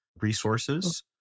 resources